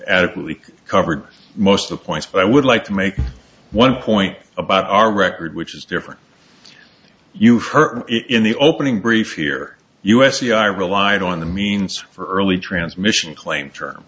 adequately covered most of the points but i would like to make one point about our record which is different you've heard in the opening brief here u s c i relied on the means for early transmission claim